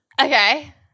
Okay